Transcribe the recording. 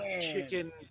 chicken